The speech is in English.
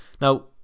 now